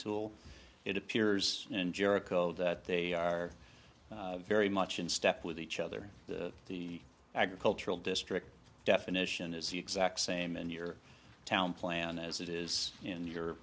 tool it appears in jericho that they are very much in step with each other the agricultural district definition is the exact same in your town plan as it is in your